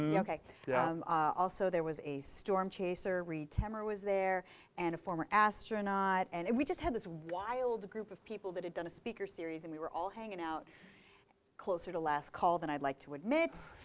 yeah yeah also, there was a storm chaser. reed timmer was there and a former astronaut. and and we just had this wild group of people that had done a speaker series. and we were all hanging out closer to last call than i'd like to admit.